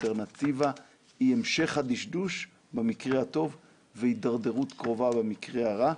האלטרנטיבה היא המשך הדשדוש במקרה הטוב והידרדרות קרובה במקרה הרע,